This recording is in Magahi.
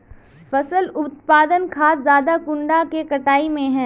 फसल उत्पादन खाद ज्यादा कुंडा के कटाई में है?